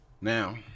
Now